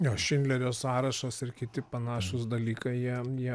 jo šindlerio sąrašas ir kiti panašūs dalykai jie jie